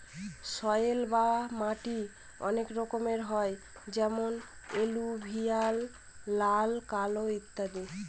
soil বা মাটি অনেক রকমের হয় যেমন এলুভিয়াল, লাল, কালো ইত্যাদি